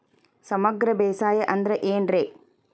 ಸಮಗ್ರ ಬೇಸಾಯ ಅಂದ್ರ ಏನ್ ರೇ?